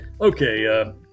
Okay